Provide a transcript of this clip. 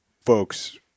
folks